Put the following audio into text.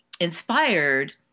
inspired